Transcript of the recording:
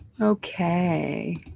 Okay